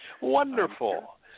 Wonderful